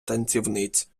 танцівниць